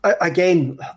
Again